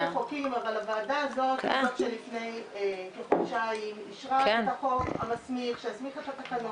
הוועדה הזאת וזאת לפני כחודשיים אישרה את החוק שהסמיך את התקנות.